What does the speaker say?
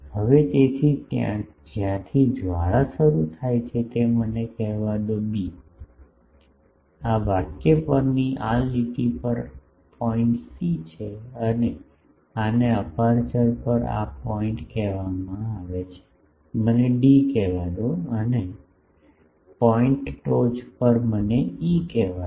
હવે તેથી જ્યાંથી જ્વાળા શરૂ થાય છે તે મને કહેવા દો બી આ વાક્ય પરની આ લીટી પર આ પોઇન્ટ સી છે અને આને આ અપેરચ્યોર પર આ પોઇન્ટ કહેવામાં આવે છે મને ડી કહેવા દો અને આ પોઇન્ટ ટોચ પર મને E કહેવા દો